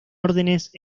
órdenes